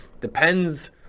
depends